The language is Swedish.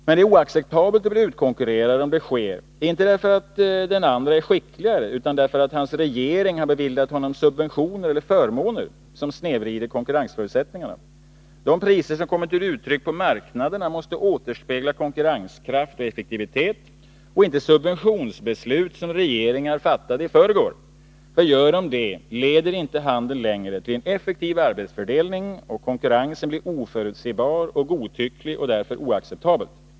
Men det är oacceptabelt att bli utkonkurrerad, om det sker inte därför att den andra är skickligare utan därför att hans regering beviljat honom subventioner eller förmåner som snedvrider konkurrensförutsättningarna. De priser som kommer till uttryck på marknaderna måste återspegla konkurrenskraft och effektivitet och inte subventionsbeslut som regeringar fattade i förrgår. Gör de det, leder inte handeln längre till en effektiv arbetsfördelning, och konkurrensen blir oförutsebar och godtycklig och därför oacceptabel.